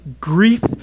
grief